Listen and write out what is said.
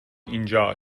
اینجا